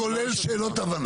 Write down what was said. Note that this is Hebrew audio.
הבנה.